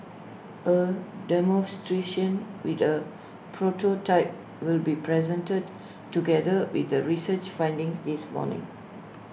A demonstration with A prototype will be presented together with the research findings this morning